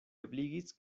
ebligis